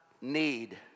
need